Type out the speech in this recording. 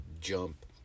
jump